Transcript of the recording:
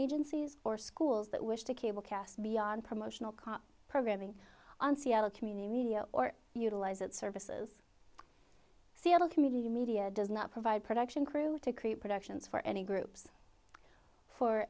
agencies or schools that wish to cable cast beyond promotional cop programming on c l community media or utilize it services seattle community media does not provide production crew to create productions for any groups for